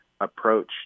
approach